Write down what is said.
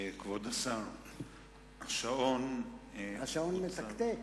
כבוד השר, השעון, השעון מתקתק?